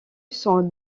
son